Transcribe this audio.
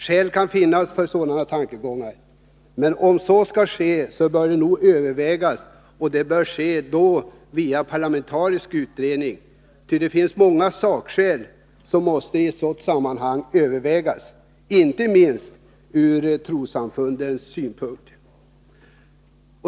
Skäl kan finnas för sådana tankegångar, men om reglerna skall ändras bör det övervägas, och det bör ske via en parlamentarisk utredning. Det finns många sakskäl som i ett sådant sammanhang måste övervägas, inte minst ur trossamfundens synpunkt.